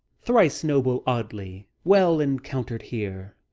thrice noble audley, well encountered here!